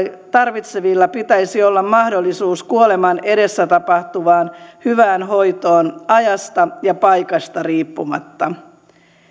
tarvitsevilla pitäisi olla mahdollisuus kuoleman edessä tapahtuvaan hyvään hoitoon ajasta ja paikasta riippumatta